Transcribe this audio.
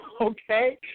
okay